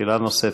שאלה נוספת.